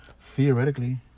Theoretically